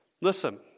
Listen